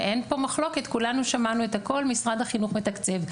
ואין פה מחלוקת כולנו שמענו את הכל משרד החינוך מתקצב,